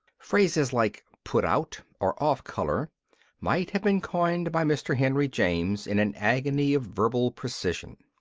phrases like put out or off colour might have been coined by mr. henry james in an agony of verbal precision.